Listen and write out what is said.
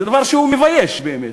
זה דבר שמבייש באמת,